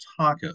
tacos